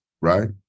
right